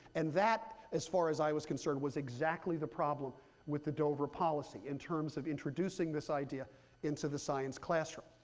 and that, as far as i was concerned, was exactly the problem with the dover policy, in terms of introducing this idea into the science classroom.